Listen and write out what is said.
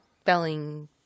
spelling